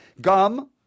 Gum